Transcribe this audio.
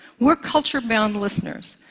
we're culture-bound listeners.